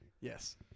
Yes